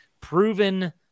Proven